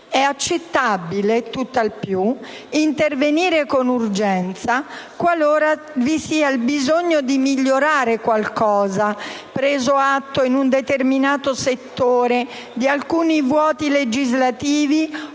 È accettabile, tutt'al più, intervenire con urgenza qualora vi sia il bisogno di migliorare qualcosa quando, preso atto in un determinato settore di alcuni vuoti legislativi